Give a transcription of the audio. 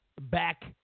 back